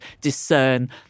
discern